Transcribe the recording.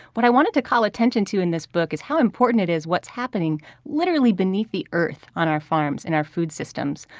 what i wanted to call attention to in this book is how important it is, what's happening literally beneath the earth on our farms in our food systems,